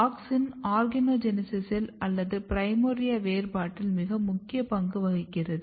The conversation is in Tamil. ஆக்ஸின் ஆர்கனோஜெனீசிஸில் அல்லது ப்ரிமார்டியா வேறுபாட்டில் மிக முக்கிய பங்கு வகிக்கிறது